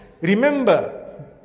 Remember